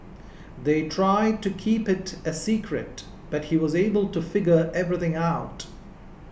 they tried to keep it a secret but he was able to figure everything out